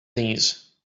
these